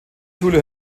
schule